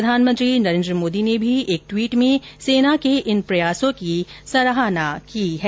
प्रधानमंत्री नरेन्द्र मोदी ने भी एक ट्वीट में सेना के इन प्रयासों की सराहना की है